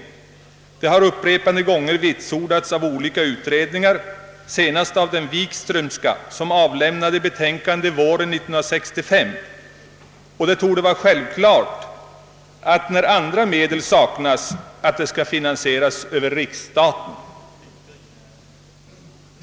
Den saken har upprepade gånger vitsordats av olika utredningar, senast av den Wikströmska, som avlämnade betänkande våren 1965, och det borde vara självklart att denna verksamhet finansieras över riksstaten, när andra medel saknas.